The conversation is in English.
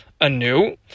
anew